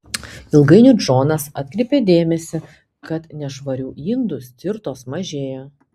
ilgainiui džonas atkreipė dėmesį kad nešvarių indų stirtos mažėja